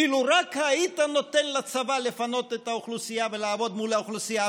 אילו רק היית נותן לצבא לפנות את האוכלוסייה ולעבוד מול האוכלוסייה.